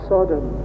Sodom